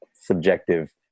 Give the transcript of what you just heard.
Subjective